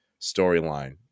storyline